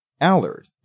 Allard